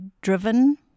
driven